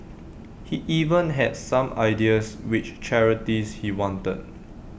he even had some ideas which charities he wanted